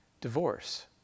divorce